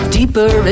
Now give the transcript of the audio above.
Deeper